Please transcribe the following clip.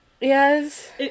Yes